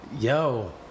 Yo